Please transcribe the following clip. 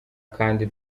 kandi